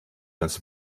ganz